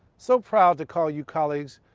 so proud to call you colleagues,